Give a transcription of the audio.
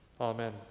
Amen